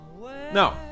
No